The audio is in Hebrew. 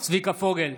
צביקה פוגל,